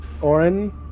Oren